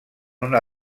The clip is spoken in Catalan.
una